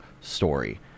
story